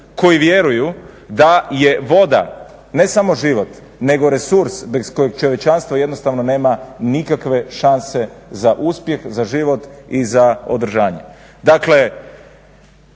koji vjeruju da je voda ne samo život, nego resurs bez kojeg čovječanstvo jednostavno nema nikakve šanse za uspjeh, za život i za održanje.